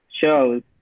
shows